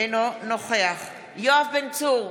אינו נוכח יואב בן צור,